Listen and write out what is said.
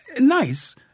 Nice